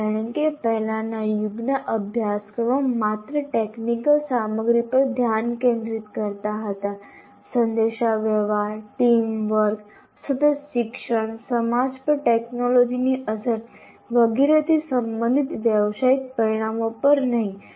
કારણ કે પહેલાના યુગના અભ્યાસક્રમો માત્ર ટેકનિકલ સામગ્રી પર ધ્યાન કેન્દ્રિત કરતા હતા સંદેશાવ્યવહાર ટીમવર્ક સતત શિક્ષણ સમાજ પર ટેકનોલોજીની અસર વગેરેથી સંબંધિત વ્યાવસાયિક પરિણામો પર નહીં